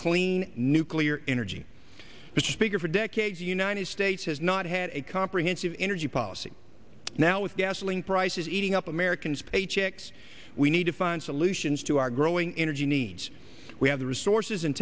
clean nuclear energy which speaker for decades united states has not had a comprehensive energy policy now with gasoline prices eating up americans paychecks we need to find solutions to our growing energy needs we have the resources